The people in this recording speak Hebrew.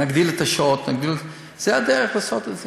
נגדיל את השעות, נגדיל, זו הדרך לעשות את זה.